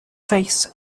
face